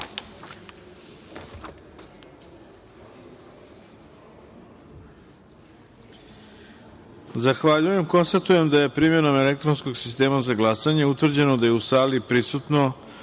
jedinice. Konstatujem da je primenom elektronskog sistema za glasanje utvrđeno da je u sali prisutno